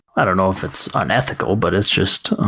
i don't know if it's unethical, but it's just